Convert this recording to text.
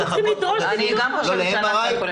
אנחנו צריכים לדרוש --- אני גם חושבת שאנחנו יכולים